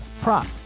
prop